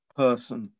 person